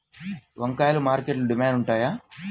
వంకాయలు మార్కెట్లో డిమాండ్ ఉంటాయా?